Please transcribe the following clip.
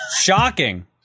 shocking